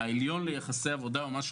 העליון ליחסי עבודה בגרמניה,